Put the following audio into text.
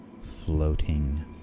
floating